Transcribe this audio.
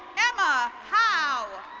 emma howe.